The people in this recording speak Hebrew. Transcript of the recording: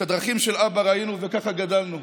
את הדרכים של אבא ראינו וככה גדלנו.